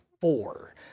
four